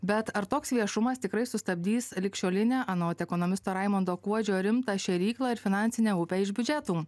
bet ar toks viešumas tikrai sustabdys ligšiolinę anot ekonomisto raimondo kuodžio rimtą šėryklą ir finansinę upę iš biudžetų